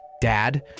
Dad